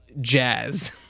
jazz